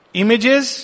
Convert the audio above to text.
images